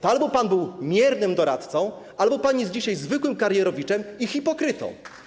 To albo pan był miernym doradcą, albo pan jest dzisiaj zwykłym karierowiczem i hipokrytą.